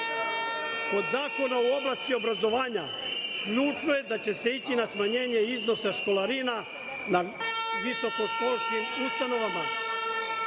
zakona u oblasti obrazovanja ključno je da će se ići na smanjenje iznosa školarina na visokoškolskim ustanovama,